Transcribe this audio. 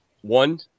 one